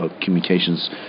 communications